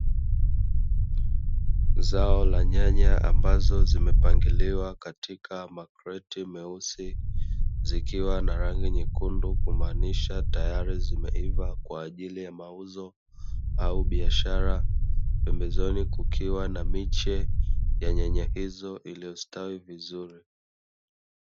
Zao la nyanya ambazo zimepangiliwa katika makreti meusi, zikiwa na rangi nyekundu kumaanisha tayari zimeiva kwa ajili ya mauzo au biashara. Pembezoni kukiwa na miche ya nyanya hizo zilizostawi vizuri.